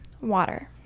water